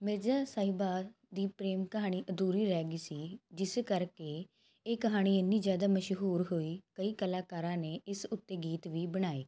ਮਿਰਜਾ ਸਾਹਿਬਾ ਦੀ ਪ੍ਰੇਮ ਕਹਾਣੀ ਅਧੂਰੀ ਰਹਿ ਗਈ ਸੀ ਜਿਸ ਕਰਕੇ ਇਹ ਕਹਾਣੀ ਇਨੀ ਜਿਆਦਾ ਮਸ਼ਹੂਰ ਹੋਈ ਕਈ ਕਲਾਕਾਰਾਂ ਨੇ ਇਸ ਉੱਤੇ ਗੀਤ ਵੀ ਬਣਾਏ